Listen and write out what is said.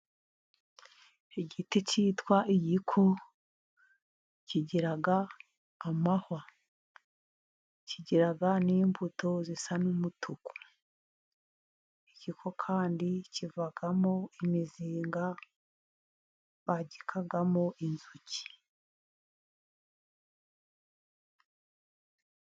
Igiti cyitwa igiko kigira amahwa, kigira n'imbuto zisa n'umutuku, igiko kandi kivamo imizinga bagikamo inzuki.